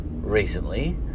recently